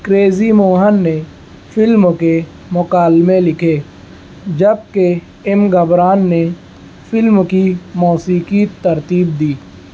crazy Mohan نے فلم کے مکالمے لکھے جبکہ ایم گھبران نے فلم کی موسیقی ترتیب دی